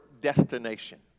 destination